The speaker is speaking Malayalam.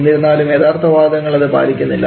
എന്നിരുന്നാലും യഥാർത്ഥ വാതകങ്ങൾ അത് പാലിക്കുന്നില്ല